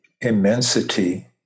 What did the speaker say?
immensity